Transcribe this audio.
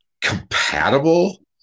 compatible